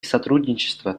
сотрудничество